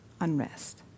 unrest